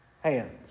hands